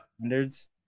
standards